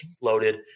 loaded